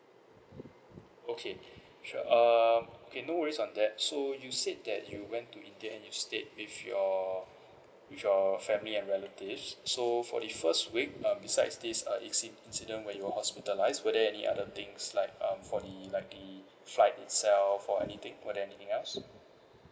okay sure um okay no worries on that so you said that you went to india and you stayed with your with your family and relatives so for the first week uh besides this uh inci~ incident when you're hospitalized were there any other things like um for the like the flight itself or anything were there anything else